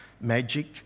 magic